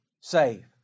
Save